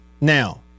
now